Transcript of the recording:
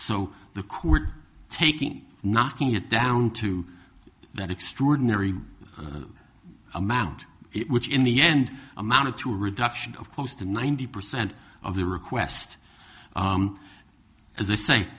so the court taking knocking it down to that extraordinary amount of it which in the end amounted to a reduction of close to ninety percent of the request as i say